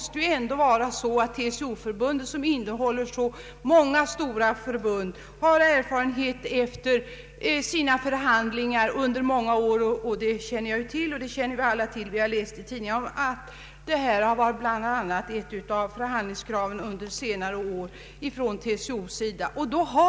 TCO, som innehåller så många stora förbund, måste ju ha erfarenheter från sina förhandlingar under många år. Det känner jag till och det känner vi alla till att detta har varit ett av förhandlingskraven under senare år från en del TCO-förbunds sida.